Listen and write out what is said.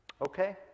Okay